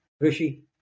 rishi